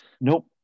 nope